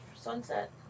sunset